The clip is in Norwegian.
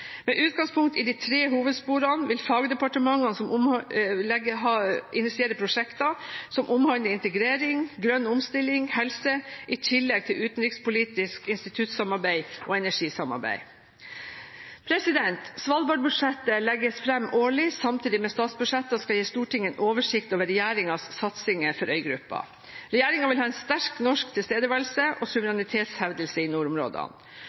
Med utgangspunkt i de tre hovedsporene vil fagdepartementene initiere prosjekter som omhandler integrering, grønn omstilling og helse i tillegg til utenrikspolitiske instituttsamarbeid og energisamarbeid. Svalbardbudsjettet legges fram årlig samtidig med statsbudsjettet og skal gi Stortinget en oversikt over regjeringens satsinger for øygruppa. Regjeringen vil ha en sterk norsk tilstedeværelse og suverenitetshevdelse i nordområdene.